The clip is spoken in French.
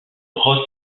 ross